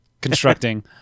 constructing